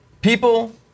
People